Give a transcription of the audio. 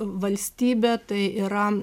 valstybė tai yra